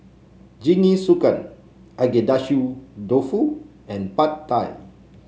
Jingisukan Agedashi Dofu and Pad Thai